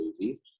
movie